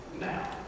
now